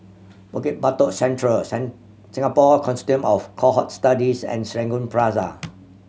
Bukit Batok Central Singapore Consortium of Cohort Studies and Serangoon Plaza